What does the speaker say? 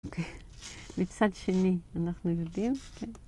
אוקיי, מצד שני, אנחנו יודעים, אוקיי?